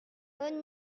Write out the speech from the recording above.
bonne